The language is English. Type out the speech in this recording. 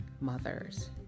mothers